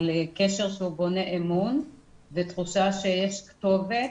קשר שהוא בונה אמון ותחושה שיש כתובת,